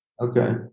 Okay